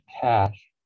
cash